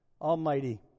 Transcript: almighty